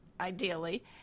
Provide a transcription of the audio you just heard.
ideally